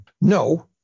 No